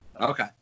Okay